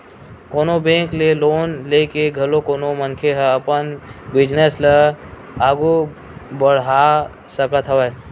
कोनो बेंक ले लोन लेके घलो कोनो मनखे ह अपन बिजनेस ल आघू बड़हा सकत हवय